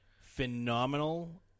phenomenal